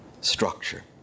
structure